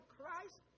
Christ